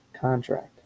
contract